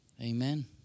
Amen